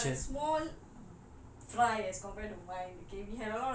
of course what you talking hello my air you are a small